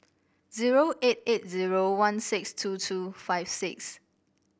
zero eight eight zero one six two two five six